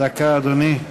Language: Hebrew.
בבקשה, אדוני.